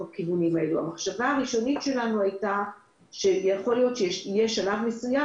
המחשבה הראשונית שלנו הייתה היא שיכול להיות שלב מסוים